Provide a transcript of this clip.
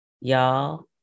y'all